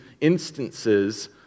instances